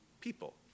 people